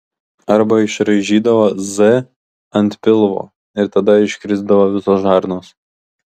arba išraižydavo z ant pilvo ir tada iškrisdavo visos žarnos